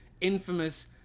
infamous